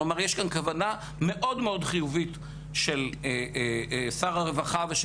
כלומר יש כאן כוונה מאוד מאוד חיובית של שר הרווחה ושל